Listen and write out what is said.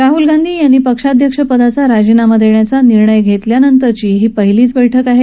राहूल गांधीनी पक्ष्याध्यक्षपदाचा राजीनामा देण्याचा निर्णय घेतल्यानंतरची ही पहिलीच बैठक आहे